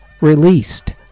released